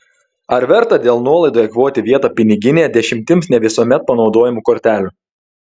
ar verta dėl nuolaidų eikvoti vietą piniginėje dešimtims ne visuomet panaudojamų kortelių